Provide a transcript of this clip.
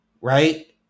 Right